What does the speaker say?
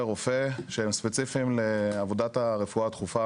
רופא שהם ספציפיים לעבודת העבודה הדחופה,